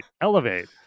elevate